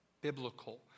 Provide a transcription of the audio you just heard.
biblical